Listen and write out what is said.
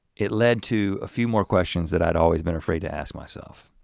it led to a few more questions that i'd always been afraid to ask myself.